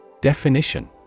Definition